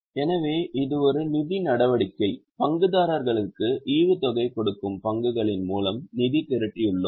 எனவே இது ஒரு நிதி நடவடிக்கை பங்குதாரர்களுக்கு ஈவுத்தொகை கொடுக்கும் பங்குகளின் மூலம் நிதி திரட்டியுள்ளோம்